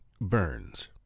burns